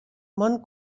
mont